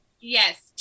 Yes